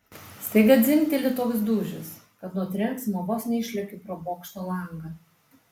staiga dzingteli toks dūžis kad nuo trenksmo vos neišlekiu pro bokšto langą